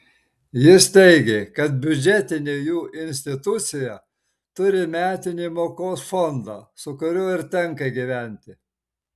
jis teigė kad biudžetinė jų institucija turi metinį mokos fondą su kuriuo ir tenka gyventi